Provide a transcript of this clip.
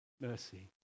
mercy